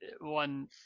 one